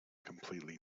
completely